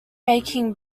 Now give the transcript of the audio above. making